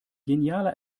genialer